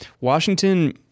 Washington –